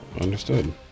understood